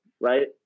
right